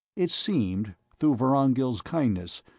it seemed, through vorongil's kindness,